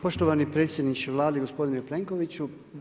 Poštovani predsjedniče Vlade gospodine Plenkoviću.